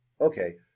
Okay